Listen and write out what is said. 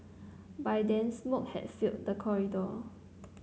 by then smoke had filled the corridor